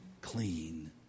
clean